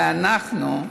ואנחנו,